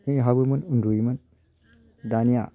नै हाबोमोन उन्दुयोमोन दानिया